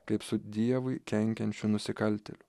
kaip su dievui kenkiančiu nusikaltėliu